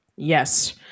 Yes